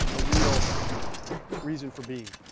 a real um reason for being.